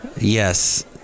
Yes